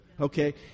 okay